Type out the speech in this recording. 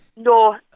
No